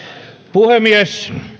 puhemies